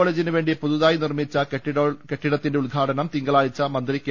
കോളേജിന് വേണ്ടി പുതുതായി നിർമ്മിച്ച കെട്ടിടത്തിന്റെ ഉദ്ഘാടനം തിങ്കളാഴ്ച മന്ത്രി കെ